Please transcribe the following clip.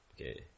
Okay